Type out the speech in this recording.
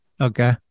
Okay